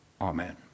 Amen